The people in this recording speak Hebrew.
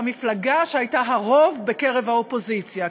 המפלגה שהייתה הרוב בקרב האופוזיציה.